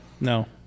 No